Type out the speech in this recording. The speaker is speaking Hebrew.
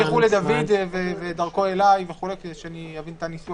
תמשיך להקריא בבקשה, אדוני היועץ המשפטי.